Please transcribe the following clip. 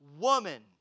woman